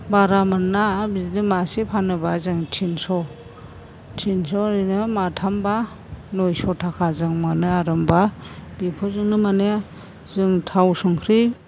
बारा मोना बिदिनो मासे फानोबा जों तिनस' तिनस' ओरैनो माथामबा नयस' थाका जों मोनो आरो होनबा बेफोरजोंनो माने जों थाव संख्रि